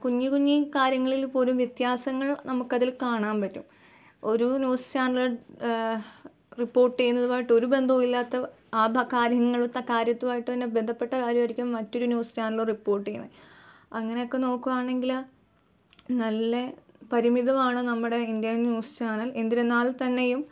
കുഞ്ഞ്കുഞ്ഞിക്കാര്യങ്ങളിപ്പോലും വ്യത്യാസങ്ങൾ നമുക്കതിൽ കാണാമ്പറ്റും ഒരു ന്യൂസ് ചാനലുകൾ റിപ്പോട്ടെയ്യുന്നതുവായിട്ടൊരു ബന്ധവുമില്ലാത്ത കാരുത്തുവായിട്ടന്നെ ബന്ധപ്പെട്ട കാര്യമായിരിക്കും മറ്റൊരു ന്യൂസ് ചാനല് റിപ്പോട്ടെയ്യുന്നെ അങ്ങനെയൊക്കെ നോക്കുകയാണെങ്കില് നല്ല പരിമിതമാണ് നമ്മുടെ ഇന്ത്യൻ ന്യൂസ് ചാനൽ എന്നിരുന്നാൽത്തന്നെയും